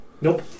Nope